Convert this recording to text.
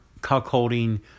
cuckolding